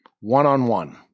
one-on-one